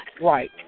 Right